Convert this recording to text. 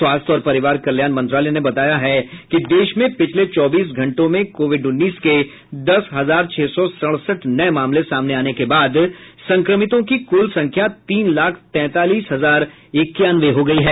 स्वास्थ्य और परिवार कल्याण मंत्रालय ने बताया कि देश में पिछले चौबीस घंटों में कोविड उन्नीस के दस हजार छह सौ सड़सठ नये मामले सामने आने के बाद संक्रमितों की कुल संख्या तीन लाख तैंतालीस हजार इक्यानवे हो गई है